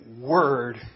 word